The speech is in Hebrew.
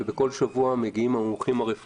ולכן שבוע קודם לא היה סגר ב"ערים אדומות"